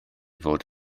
fod